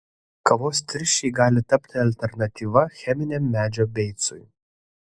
kavos tirščiai gali tapti alternatyva cheminiam medžio beicui